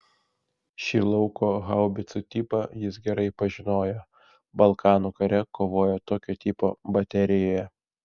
šį lauko haubicų tipą jis gerai pažinojo balkanų kare kovojo tokio tipo baterijoje